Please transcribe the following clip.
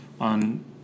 on